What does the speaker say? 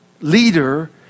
leader